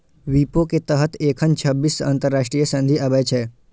विपो के तहत एखन छब्बीस अंतरराष्ट्रीय संधि आबै छै